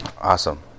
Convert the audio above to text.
Awesome